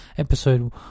Episode